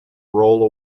roll